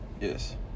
Yes